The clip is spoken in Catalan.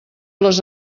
les